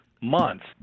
months